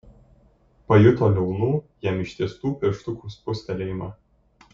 pajuto liaunų jam ištiestų pirštukų spustelėjimą